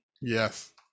yes